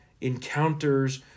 encounters